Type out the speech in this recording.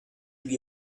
lui